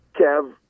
Kev